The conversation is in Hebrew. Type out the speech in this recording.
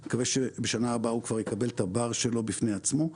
אני מקווה שבשנה הבאה הוא כבר יקבל את ה-bar שלו בפני עצמו.